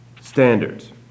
standards